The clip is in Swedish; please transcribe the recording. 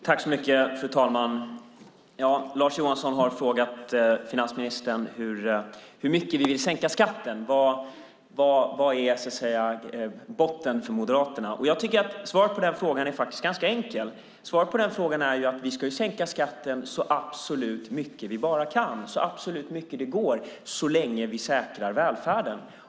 Fru talman! Lars Johansson har frågat finansministern hur mycket vi vill sänka skatten och vad som är botten för Moderaterna. Det är ganska enkelt att svara på den frågan. Svaret är att vi ska sänka skatten så mycket vi kan, så mycket det går, så länge vi säkrar välfärden.